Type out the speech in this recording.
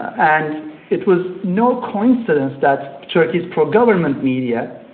and it was no coincidence that turkey's pro-government media